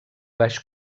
baix